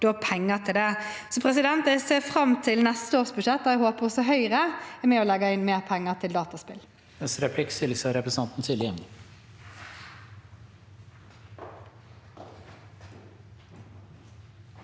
ha penger til det. Jeg ser fram til neste års budsjett, og jeg håper at også Høyre er med på å legge inn mer penger til dataspill.